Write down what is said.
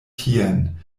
tien